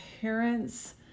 parents